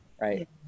right